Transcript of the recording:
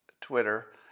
Twitter